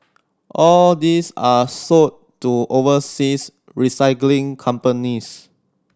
all these are sold to overseas recycling companies